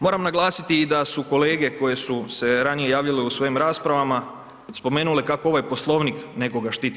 Moram naglasiti i da su kolege koje su se ranije javljale u svojim raspravama spomenule kako ovaj Poslovnik nekoga štiti.